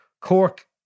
Cork